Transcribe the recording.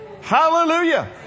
Hallelujah